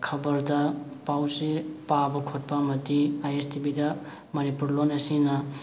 ꯈꯕꯔꯗ ꯄꯥꯎꯆꯦ ꯄꯥꯕ ꯈꯣꯠꯄ ꯑꯃꯗꯤ ꯑꯥꯏ ꯑꯦꯁ ꯇꯤꯕꯤꯗ ꯃꯅꯤꯄꯨꯔ ꯂꯣꯟ ꯑꯁꯤꯅ